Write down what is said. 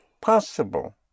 possible